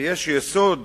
ויש יסוד